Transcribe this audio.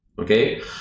okay